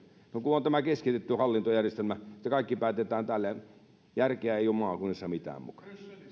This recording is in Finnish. no kun on tämä keskitetty hallintojärjestelmä että kaikki päätetään täällä ja järkeä ei ole maakunnissa mitään muka